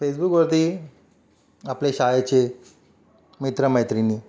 फेसबुकवरती आपले शाळेचे मित्रमैत्रिणी